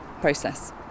process